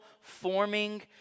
forming